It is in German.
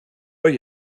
euch